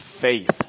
faith